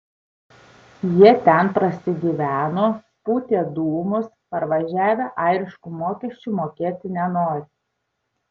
jie ten prasigyveno pūtė dūmus parvažiavę airiškų mokesčių mokėti nenori